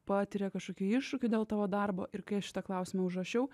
patiria kažkokių iššūkių dėl tavo darbo ir kai šitą klausimą užrašiau